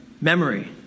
memory